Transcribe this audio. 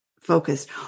focused